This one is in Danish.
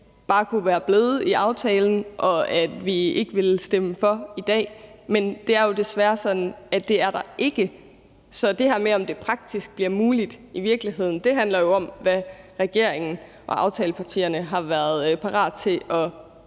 bare kunne være blevet i aftalen, og at vi ikke ville stemme for i dag. Men det er jo desværre sådan, at det er der ikke. Så det her med, om det praktisk bliver muligt i virkeligheden, handler jo om, at regeringen og aftalepartierne har været parate til at